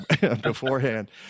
beforehand